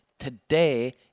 Today